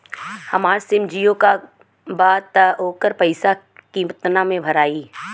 हमार सिम जीओ का बा त ओकर पैसा कितना मे भराई?